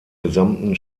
gesamten